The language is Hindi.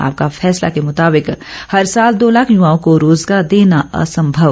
आपका फैसला के मुताबित हर साल दो लाख युवाओं को रोज़गार देना असंभव